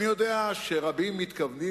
אני יודע שרבים מתכוונים,